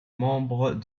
membres